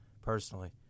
personally